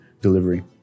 delivery